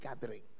gathering